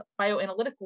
bioanalytical